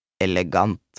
elegant